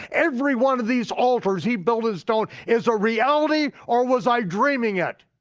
every one of these altars he built in stone is a reality, or was i dreaming it?